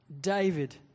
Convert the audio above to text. David